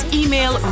email